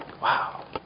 Wow